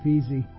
Easy